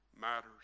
matters